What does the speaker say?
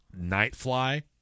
Nightfly